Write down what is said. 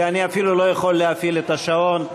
ואני אפילו לא יכול להפעיל את השעון.